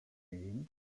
mean